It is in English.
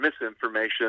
misinformation